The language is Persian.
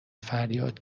فریاد